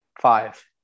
Five